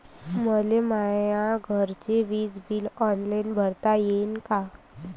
मले माया घरचे विज बिल ऑनलाईन भरता येईन का?